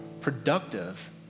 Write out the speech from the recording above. productive